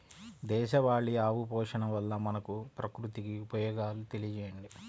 దేశవాళీ ఆవు పోషణ వల్ల మనకు, ప్రకృతికి ఉపయోగాలు తెలియచేయండి?